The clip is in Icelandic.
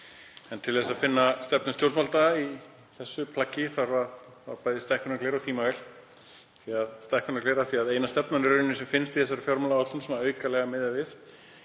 En til þess að finna stefnu stjórnvalda í þessu plaggi þarf bæði stækkunargler og tímavél. Stækkunargler af því að eina stefnan sem finnst í þessari fjármálaáætlun, svona aukalega miðað við